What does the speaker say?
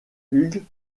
hughes